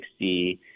60